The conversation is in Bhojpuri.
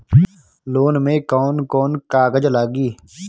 लोन में कौन कौन कागज लागी?